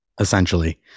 essentially